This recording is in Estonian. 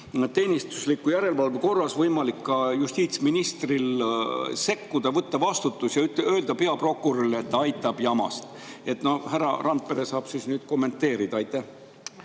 teenistusliku järelevalve korras võimalik ka justiitsministril sekkuda, võtta vastutus ja öelda peaprokurörile, et aitab jamast. Härra Randpere saab kommenteerida. Aitäh!